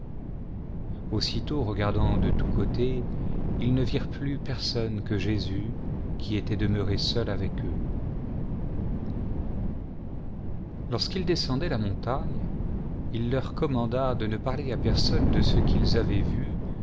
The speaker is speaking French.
aussitôt regfardant de tous eûtes ils ne virent plus personne que jésus qui était dejneuré seul avec eux lorsqu'ils descendaient la montagne il leur commanda de ne parler à personne de ce qu'ils avaient vu